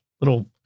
little